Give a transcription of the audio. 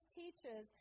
teaches